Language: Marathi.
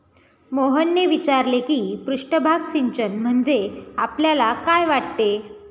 मोहनने विचारले की पृष्ठभाग सिंचन म्हणजे आपल्याला काय वाटते?